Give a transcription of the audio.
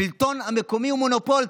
השלטון המקומי הוא מונופול,